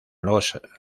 los